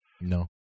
No